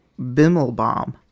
Bimmelbaum